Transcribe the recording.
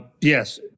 yes